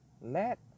Let